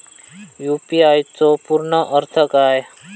UPI चो पूर्ण अर्थ काय?